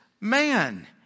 man